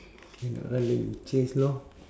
cannot run then you chase lor